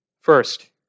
First